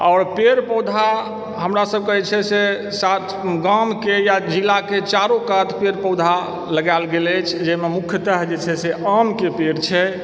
आओर पेड़ पौधा हमरा सभकेँ जे छै से साथ गामके या जिलाके चारुकात पेड़ पौधा लगायल गेल अछि जाहिमे मुख्यतः जे छै से आमके पेड़ छै